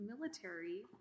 military